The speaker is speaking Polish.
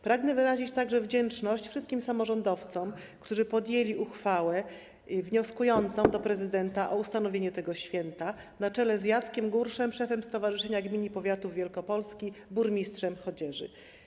Pragnę także wyrazić wdzięczność wszystkim samorządowcom, którzy podjęli uchwałę z wnioskiem do prezydenta o ustanowienie tego święta, na czele z Jackiem Gurszem, szefem Stowarzyszenia Gmin i Powiatów Wielkopolski, burmistrzem Chodzieży.